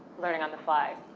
learning on the fly.